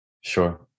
sure